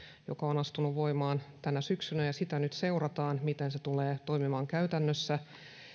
joka on astunut voimaan tänä syksynä ja sitä nyt seurataan miten se tulee toimimaan käytännössä